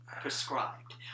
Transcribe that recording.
prescribed